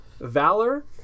Valor